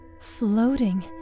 floating